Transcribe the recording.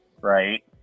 right